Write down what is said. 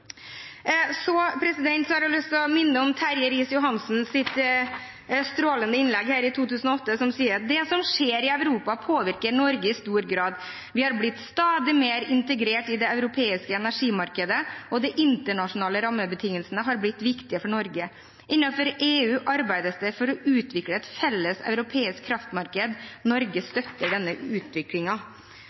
Så har jeg lyst til å minne om Terje Riis-Johansens strålende innlegg fra 2008, hvor han sa: «Det som skjer i Europa påvirker Norge i stor grad. Vi har blitt stadig mer integrert i det europeiske energimarkedet, og internasjonale rammebetingelser har blitt viktige for Norge. Innenfor EU arbeides det for å utvikle et felles europeisk kraftmarked. Norge støtter denne